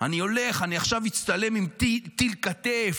אני הולך, אני עכשיו אצטלם עם טיל כתף,